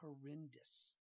horrendous